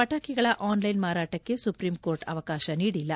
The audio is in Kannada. ಪಟಾಕಿಗಳ ಆನ್ಲ್ಟೆನ್ ಮಾರಾಟಕ್ಕೆ ಸುಪ್ರೀಂ ಕೋರ್ಟ್ ಅವಕಾಶ ನೀಡಿಲ್ಲ